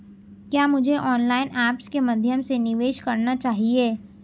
क्या मुझे online apps के माध्यम से निवेश करना चाहिए?